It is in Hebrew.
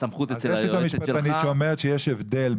יש לי את המשפטנית שאומרת שיש הבדל,